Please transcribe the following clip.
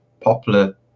popular